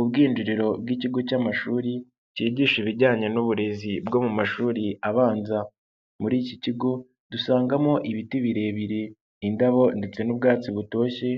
Ubwinjiriro bw'ikigo cy'amashuri cyigisha ibijyanye n'uburezi bwo mu mashuri abanza, muri iki kigo dusangamo ibiti birebire, indabo ndetse n'ubwatsi butoshye